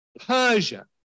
Persia